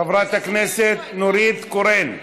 חברת הכנסת נורית קורן,